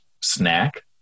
snack